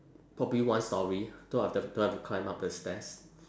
probably one storey so don't have to climb up the stairs